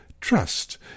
trust